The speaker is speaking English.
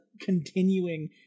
continuing